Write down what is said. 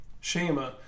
Shema